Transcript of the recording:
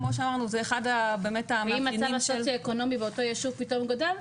וכמו שאמרנו זה אחד -- אם המצב הסוציו-אקונומי באותו יושב פתאום גדל,